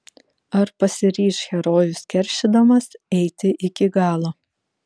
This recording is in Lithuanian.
ar pasiryš herojus keršydamas eiti iki galo